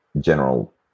general